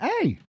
hey